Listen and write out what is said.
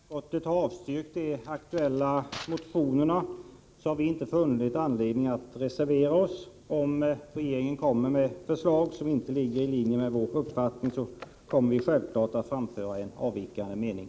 Herr talman! Utskottet har avstyrkt de aktuella motionerna, men vi har inte funnit anledning att reservera oss. Om regeringen kommer med ett förslag som inte ligger i linje med vår uppfattning, kommer vi självfallet att framföra en avvikande mening.